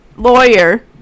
lawyer